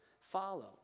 follow